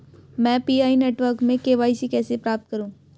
मैं PI network में KYC कैसे प्राप्त करूँ?